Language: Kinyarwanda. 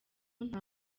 nta